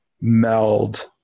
meld